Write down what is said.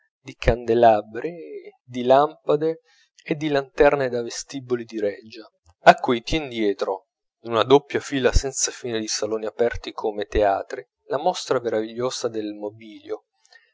di candelabri di lampade e di lanterne da vestiboli di reggia a cui tien dietro in una doppia fila senza fine di saloni aperti come teatri la mostra meravigliosa del mobilio